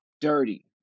dirty